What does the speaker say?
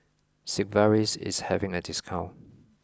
Sigvaris is having a discount